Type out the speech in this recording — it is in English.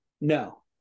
No